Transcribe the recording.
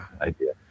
idea